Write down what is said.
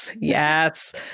yes